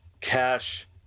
Cash